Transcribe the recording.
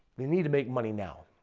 they need to make money now.